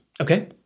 Okay